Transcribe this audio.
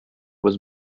was